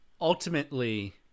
ultimately